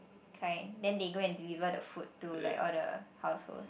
kind then they go and deliver the food to like all the households